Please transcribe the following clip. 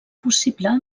possible